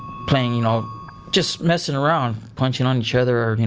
playing, or just messing around, punching on each other or, you